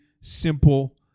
simple